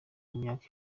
myaka